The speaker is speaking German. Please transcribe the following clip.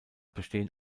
bestehen